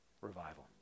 revival